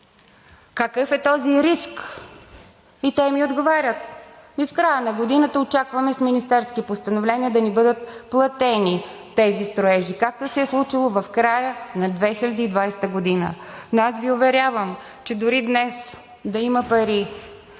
Какъв е този риск? И те ми отговарят: ами в края на годината очакваме с министерски постановления да ни бъдат платени тези строежи, както се е случило в края на 2020 г. Но аз Ви уверявам, че дори днес да има пари